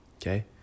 okay